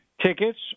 tickets